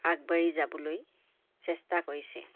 আগবাঢ়ি যাবলৈ চেষ্টা কৰিছে